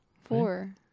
Four